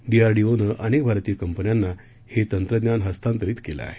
डीआरडीओनं अनेक भारतीय कंपन्यांना हे तंत्रज्ञान हस्तांतरित केलं आहे